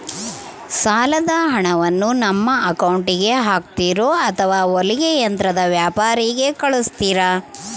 ಸಾಲದ ಹಣವನ್ನು ನಮ್ಮ ಅಕೌಂಟಿಗೆ ಹಾಕ್ತಿರೋ ಅಥವಾ ಹೊಲಿಗೆ ಯಂತ್ರದ ವ್ಯಾಪಾರಿಗೆ ಕಳಿಸ್ತಿರಾ?